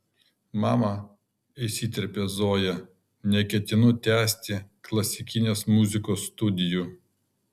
mama įsiterpia zoja neketinu tęsti klasikinės muzikos studijų